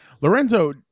Lorenzo